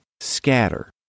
scatter